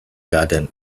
garden